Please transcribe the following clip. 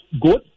good